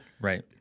Right